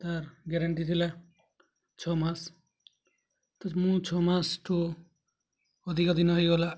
ତାର୍ ଗ୍ୟାରେଣ୍ଟି ଥିଲା ଛଅ ମାସ ମୁଁ ଛଅ ମାସଠୁ ଅଧିକ ଦିନ ହେଇଗଲା